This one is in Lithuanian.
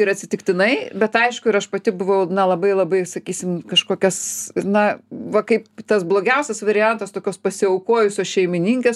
ir atsitiktinai bet aišku ir aš pati buvau labai labai sakysim kažkokias na va kaip tas blogiausias variantas tokios pasiaukojusios šeimininkės